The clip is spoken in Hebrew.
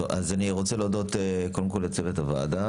אני רוצה להודות קודם כל לצוות הוועדה,